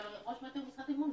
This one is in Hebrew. אבל ראש מטה הוא משרת אמון.